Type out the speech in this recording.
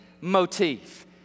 motif